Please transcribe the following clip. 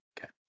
Okay